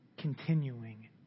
continuing